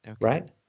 Right